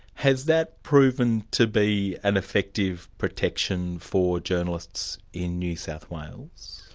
has that proven to be an effective protection for journalists in new south wales?